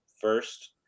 first